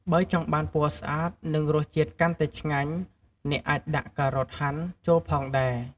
បើចង់បានពណ៌ស្អាត និងរសជាតិកាន់តែឆ្ងាញ់ អ្នកអាចដាក់ ការ៉ុតហាន់ ចូលផងដែរ។